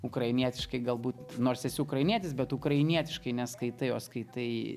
ukrainietiškai galbūt nors esi ukrainietis bet ukrainietiškai neskaitai o skaitai